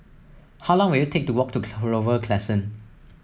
how long will it take to walk to Clover Crescent